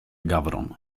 gawron